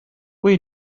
will